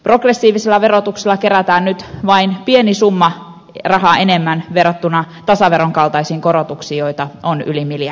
progressiivisella verotuksella kerätään nyt vain pieni summa rahaa enemmän verrattuna tasaveron kaltaisiin korotuksiin joita on yli miljardin verran